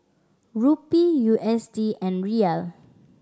Rupee U S D and Riyal